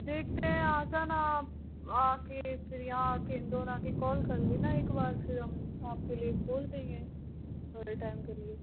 देखते हैं आ जाना आप आकर फिर यहाँ आकर इंदौर आकर कॉल कर लेना एक बार फिर हम आपके लिए खोल देंगे थोड़े टाइम के लिए